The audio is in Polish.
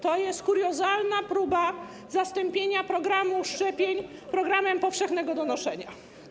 To jest kuriozalna próba zastąpienia programu szczepień programem powszechnego donoszenia.